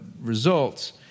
results